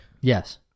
yes